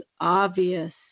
obvious